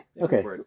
Okay